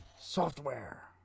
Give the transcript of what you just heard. Software